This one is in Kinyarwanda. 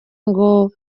ngo